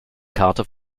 karte